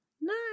No